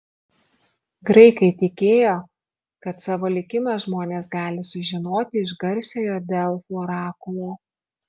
graikai tikėjo kad savo likimą žmonės gali sužinoti iš garsiojo delfų orakulo